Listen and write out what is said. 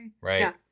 right